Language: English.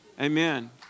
Amen